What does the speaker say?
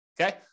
Okay